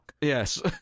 Yes